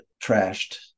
trashed